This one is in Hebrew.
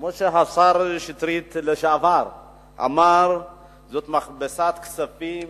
כמו שהשר לשעבר שטרית אמר, זאת מכבסת כספים